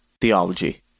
Theology